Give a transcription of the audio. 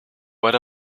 where